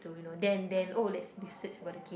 to you know then then oh let's research about the game